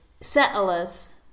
settlers